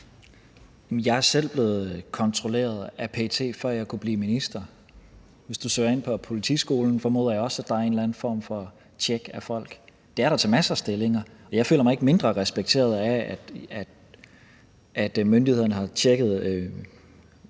Jeg er selv blevet kontrolleret af PET, før jeg kunne blive minister. Hvis du søger ind på politiskolen, formoder jeg også, at der er en eller anden form for tjek af folk. Det er der til masser af stillinger, og jeg føler mig ikke mindre respekteret af, at myndighederne har tjekket,